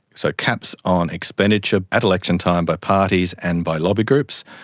so caps on expenditure at election time by parties and by lobby groups,